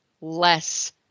less